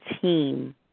team